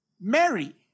Mary